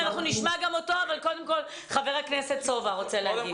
אנחנו נשמע אותו אבל קודם כול חבר הכנסת סובה רוצה להגיב.